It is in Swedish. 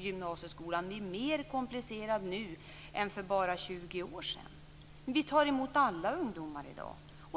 gymnasieskolan är mer komplicerad nu än för bara 20 år sedan. Vi tar emot alla ungdomar i dag.